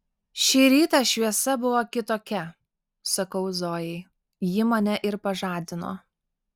šį rytą šviesa buvo kitokia sakau zojai ji mane ir pažadino